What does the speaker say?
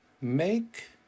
Make